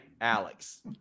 Alex